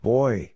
Boy